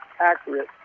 accurate